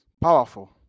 powerful